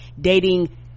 dating